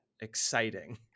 exciting